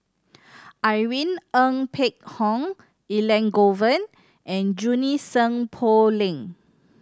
Irene Ng Phek Hoong Elangovan and Junie Sng Poh Leng